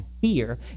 fear